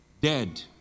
Dead